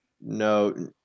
no